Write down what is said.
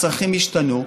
הצרכים השתנו,